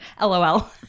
LOL